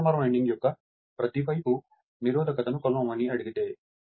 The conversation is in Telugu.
ట్రాన్స్ఫార్మర్ వైండింగ్ యొక్క ప్రతి వైపు నిరోధకతను కొలవమని అడిగితే